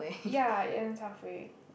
ya it ends halfway